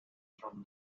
from